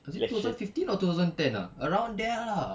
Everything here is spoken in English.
was it two thousand fifteen or two thousand ten ah around there lah